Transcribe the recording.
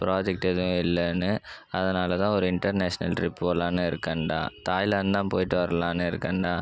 project எதுவும் இல்லைன்னு அதனால் தான் ஒரு இன்டர்நேஷ்னல் ட்ரிப் போகலான்னு இருக்கேன்டா தாய்லாந்த் தான் போய்ட்டு வரலாம்ன்னு இருக்கேன்டா